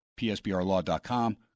PSBRlaw.com